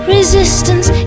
Resistance